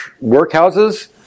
workhouses